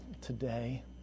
today